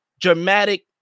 dramatic